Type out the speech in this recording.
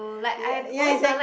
yea yea it's like